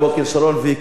לא, לא הקים שום ועדה.